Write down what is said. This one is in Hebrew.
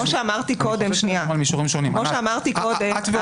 כמו שאמרתי קודם --- זה במישורים שונים.